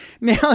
Now